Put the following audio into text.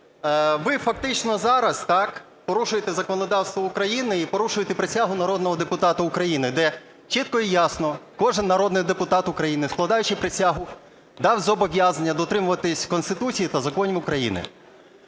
ви фактично зараз порушуєте законодавство України і порушуєте присягу народного депутата України, де чітко і ясно кожен народний депутат України, складаючи присягу, дав зобов'язання дотримуватися Конституції та законів України.